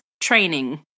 training